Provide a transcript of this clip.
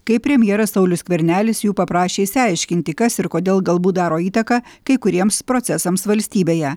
kai premjeras saulius skvernelis jų paprašė išsiaiškinti kas ir kodėl galbūt daro įtaką kai kuriems procesams valstybėje